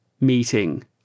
meeting